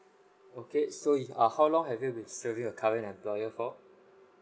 okay so you uh how long have you been serving your current employer for